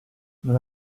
non